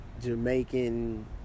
Jamaican